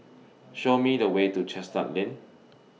Show Me The Way to Chestnut Lane